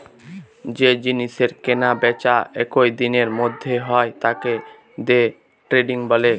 যে জিনিসের কেনা বেচা একই দিনের মধ্যে হয় তাকে দে ট্রেডিং বলে